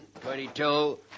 twenty-two